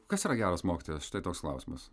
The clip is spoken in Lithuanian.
kas yra geras mokytojas štai toks klausimas